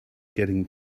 getting